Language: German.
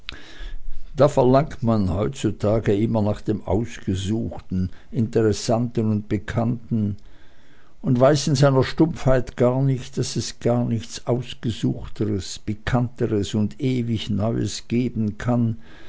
da verlangt man heutzutage immer nach dem ausgesuchten interessanten und pikanten und weiß in seiner stumpfheit gar nicht daß es gar nichts ausgesuchteres pikanteres und ewig neues geben kann